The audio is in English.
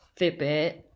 Fitbit